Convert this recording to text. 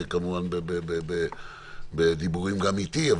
כמובן בדיבורים גם איתי.